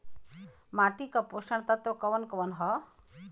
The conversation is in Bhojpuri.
माटी क पोषक तत्व कवन कवन ह?